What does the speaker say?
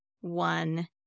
one